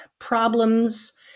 problems